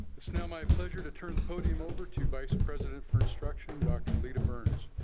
it's now my pleasure to turn the podium over to vice president for instruction dr. lisa burns.